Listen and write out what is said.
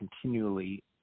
continually